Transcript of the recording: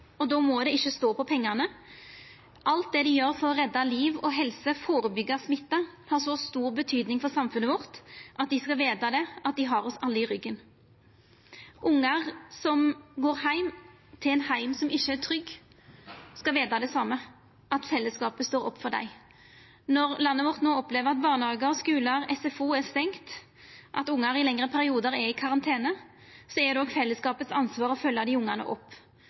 og då må det ikkje stå på pengane. Alt det dei gjer for å redda liv og helse og førebyggja smitte, har så stor betyding for samfunnet vårt at dei skal vita at dei har oss alle i ryggen. Barn som går heim til ein heim som ikkje er trygg, skal vita det same: at fellesskapet står opp for dei. Når landet vårt no opplever at barnehagar, skular og SFO er stengde, og at barn i lengre periodar er i karantene, er det òg eit ansvar for fellesskapet å følgja dei barna opp,